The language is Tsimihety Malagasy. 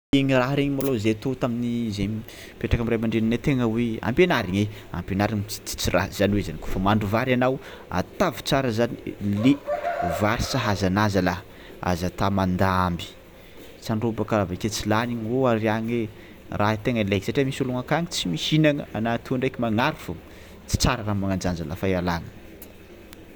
Igny raha regny malôha zahay tô tamin'ny zahay nipetraka am'ray aman-dreninay tegna hoe ampianarigny e, ampianararigny ts- ts- tsy ratsy zany hoe zany kaofa mahandro vary ianao atavy tsara zany le vary sahaza anà zalahy, aza ata mandamby sao ndrô bôka avy ake tsy lany ho ariagny ai, raha i tegna ilay satria misy olognp akagny tsy mihinagna, anà atoy ndraiky magnary fao, tsy tsara raha magnan-jany zalahy fa ialagna.